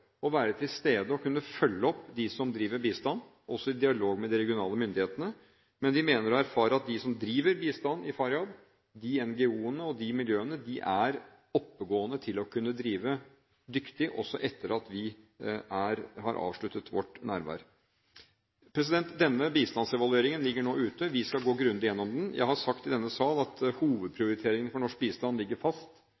å være til stede og følge opp dem som driver bistand, også i dialog med de regionale myndighetene. Men vi mener å erfare at de som driver bistanden i Faryab – de NGO-ene og de miljøene – er oppegående til å kunne drive dyktig også etter at vi har avsluttet vårt nærvær. Denne bistandsevalueringen ligger nå ute. Vi skal gå grundig igjennom den. Jeg har sagt i denne sal at